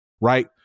right